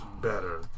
better